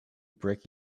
brick